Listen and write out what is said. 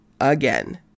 again